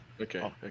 Okay